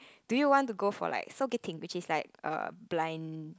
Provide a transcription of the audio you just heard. do you want to for like which is like a blind